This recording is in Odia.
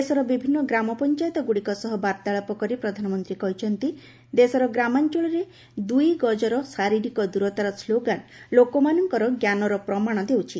ଦେଶର ବିଭିନ୍ନ ଗ୍ରାମ ପଞ୍ଚାୟତଗୁଡ଼ିକ ସହ ବାର୍ତ୍ତାଳାପ କରି ପ୍ରଧାନମନ୍ତ୍ରୀ କହିଛନ୍ତି ଦେଶର ଗ୍ରାମାଞ୍ଚଳରେ ଦୁଇ ଗଜର ଶାରୀରିକ ଦୂରତାର ସ୍କୋଗାନ୍ ଲୋକମାନଙ୍କର ଜ୍ଞାନର ପ୍ରମାଣ ଦେଉଛି